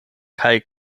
kaj